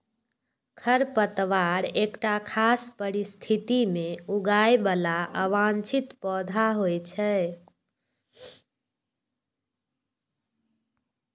खरपतवार एकटा खास परिस्थिति मे उगय बला अवांछित पौधा होइ छै